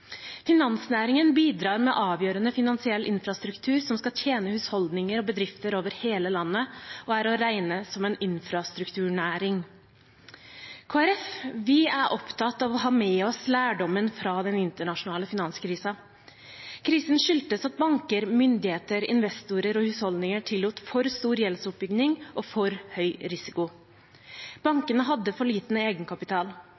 Finansnæringen bidrar med avgjørende finansiell infrastruktur som skal tjene husholdninger og bedrifter over hele landet, og er å regne som en infrastrukturnæring. I Kristelig Folkeparti er vi opptatt av å ha med oss lærdommen fra den internasjonale finanskrisen. Krisen skyldtes at banker, myndigheter, investorer og husholdninger tillot for stor gjeldsoppbygging og for høy risiko.